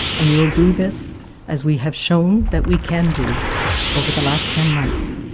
and we will do this as we have shown that we can do over the last ten months,